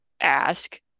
ask